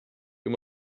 you